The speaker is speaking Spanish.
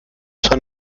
son